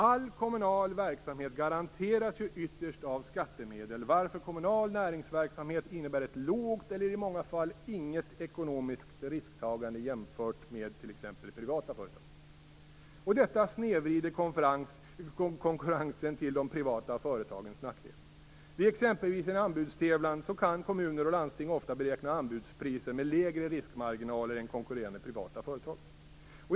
All kommunal verksamhet garanteras ju ytterst av skattemedel, varför kommunal näringsverksamhet innebär ett lågt eller i många fall inget ekonomiskt risktagande jämfört med t.ex. privata företag. Detta snedvrider konkurrensen till de privata företagens nackdel. Vid exempelvis en anbudstävlan kan kommuner och landsting ofta beräkna anbudspriser med lägre riskmarginaler än konkurrerande privata företag.